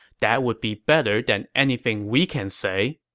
that would be better than anything we can say.